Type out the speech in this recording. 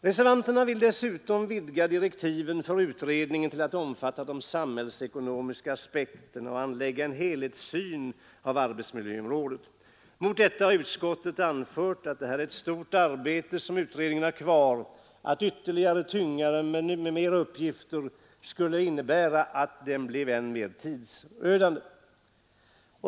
Reservanterna vill dessutom vidga direktiven för utredningen till att omfatta de samhällsekonomiska aspekterna och vill anlägga en helhetssyn på arbetsmiljöområdet. Mot detta har utskottets majoritet anfört att det är ett stort arbete som utredningen har kvar att utföra. Att ytterligare tynga utredningen med nya uppgifter skulle innebära att dess arbete blev än mer tidsödande.